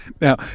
Now